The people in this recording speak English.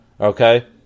Okay